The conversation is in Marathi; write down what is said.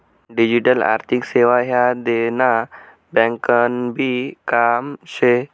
डिजीटल आर्थिक सेवा ह्या देना ब्यांकनभी काम शे